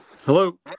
Hello